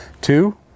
two